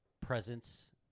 presence